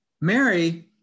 Mary